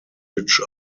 which